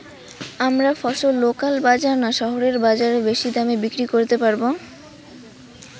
আমরা ফসল লোকাল বাজার না শহরের বাজারে বেশি দামে বিক্রি করতে পারবো?